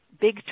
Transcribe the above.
big